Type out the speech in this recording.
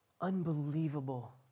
unbelievable